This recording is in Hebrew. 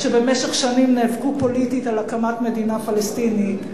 שבמשך שנים נאבקו פוליטית על הקמת מדינה פלסטינית,